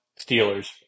Steelers